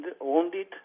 wounded